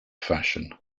fashion